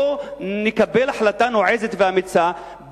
בוא נקבל החלטה נועזת ואמיצה,